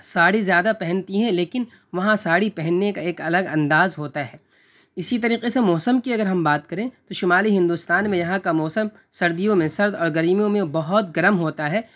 ساڑی زیادہ پہنتی ہیں لیکن وہاں ساڑی پہننے کا ایک الگ انداز ہوتا ہے اسی طریقے سے موسم کی اگر ہم بات کریں تو شمالی ہندوستان میں یہاں کا موسم سردیوں میں سرد اور گرمیوں میں بہت گرم ہوتا ہے